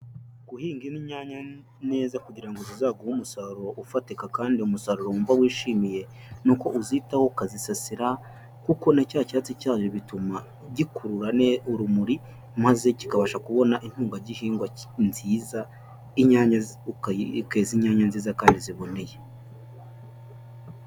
Guhingira inyanya neza kugira ngo zizaguhe umusaruro ufatika, kandi umusaruro mumva wishimiye; ni uko uzitaho ukazisasira, kuko na cya cyatsi cyayo bituma gikurura urumuri, maze kikabasha kubona intungagihingwa nziza, inyanya ukeza inyanya nziza kandi ziboneye.